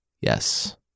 Yes